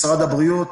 משרד הבריאות,